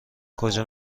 کجا